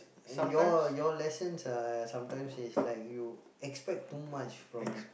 and your lessons are sometimes is like you expect too much from it